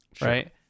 Right